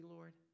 Lord